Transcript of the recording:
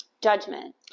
judgment